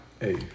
Hey